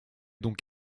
donc